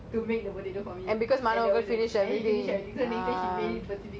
and because மனோ:mano uncle finished everything ah